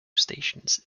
stations